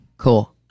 Cool